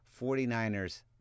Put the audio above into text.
49ers